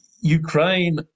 Ukraine